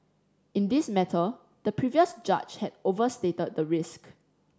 in this matter the previous judge had overstated the risk